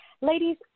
Ladies